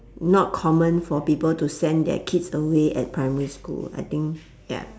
not common for people to send their kids away at primary school I think ya